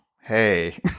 hey